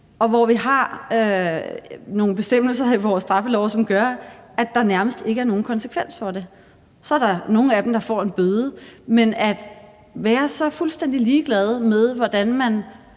og hvor vi har nogle bestemmelser i vores straffelov, som gør, at der nærmest ikke er nogen konsekvens af det. Så er der nogle af dem, der får en bøde, men at være så fuldstændig ligeglad med, hvordan man